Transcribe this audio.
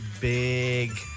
big